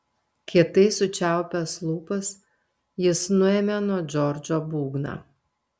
kietai sučiaupęs lūpas jis nuėmė nuo džordžo būgną